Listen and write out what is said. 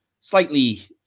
slightly